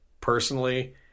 Personally